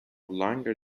longer